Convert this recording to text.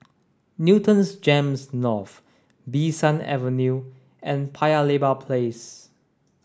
Newton GEMS North Bee San Avenue and Paya Lebar Place